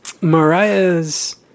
Mariah's